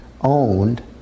owned